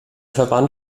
verband